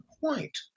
point